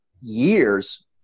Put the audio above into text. years